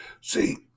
See